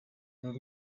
n’u